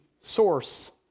source